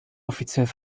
offiziell